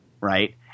Right